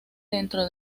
dentro